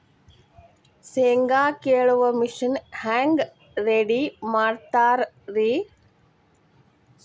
ಶೇಂಗಾ ಕೇಳುವ ಮಿಷನ್ ಹೆಂಗ್ ರೆಡಿ ಮಾಡತಾರ ರಿ?